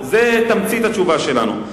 זו תמצית התשובה שלנו.